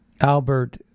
Albert